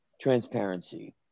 transparency